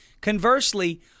Conversely